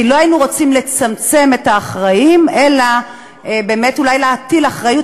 כי לא היינו רוצים לצמצם את האחראים אלא אולי באמת להטיל אחריות